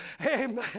Amen